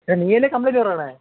तर्हि कम्प्लीट्